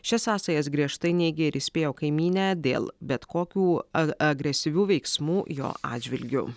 šias sąsajas griežtai neigia ir įspėjo kaimynę dėl bet kokių a agresyvių veiksmų jo atžvilgiu